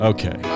Okay